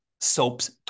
soaps